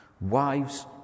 wives